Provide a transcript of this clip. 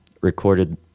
recorded